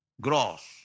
gross